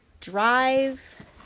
drive